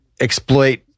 exploit